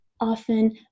often